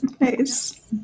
Nice